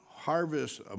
harvest